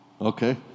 Okay